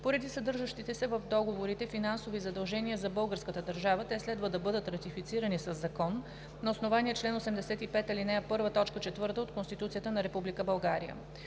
Поради съдържащите се в договорите финансови задължения за българската държава, те следва да бъдат ратифицирани със закон на основание чл. 85, ал. 1, т. 4 от Конституцията на